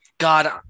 God